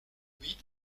lui